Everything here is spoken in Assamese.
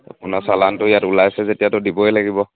আপোনাৰ চালানটো ইয়াত ওলাইছে যেতিয়াতো দিবই লাগিব